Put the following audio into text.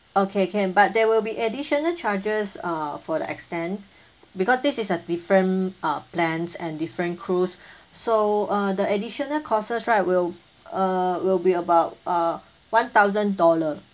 okay can but there will be additional charges uh for the extend because this is a different uh plans and different cruise so uh the additional costs right will uh will be about uh one thousand dollar